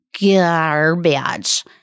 garbage